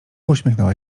uśmiechnęła